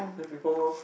then ping pong lor